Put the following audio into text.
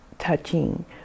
touching